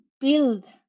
build